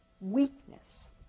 weakness